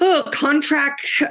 Contract